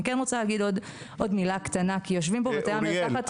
אני כן רוצה להגיד עוד מילה קטנה כי יושבים פה בתי המרקחת -- אוריאל,